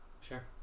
Sure